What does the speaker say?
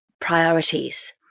priorities